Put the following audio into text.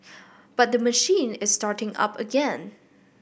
but the machine is starting up again